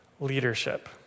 leadership